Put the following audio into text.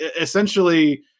essentially